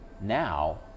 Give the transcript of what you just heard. now